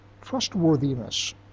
trustworthiness